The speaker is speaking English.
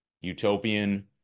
utopian